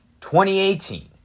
2018